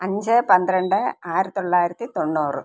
അഞ്ച് പന്ത്രണ്ട് ആയിരത്തിത്തൊള്ളായിരത്തി തൊണ്ണൂറ്